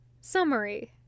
Summary